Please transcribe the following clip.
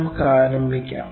നമുക്ക് ആരംഭിക്കാം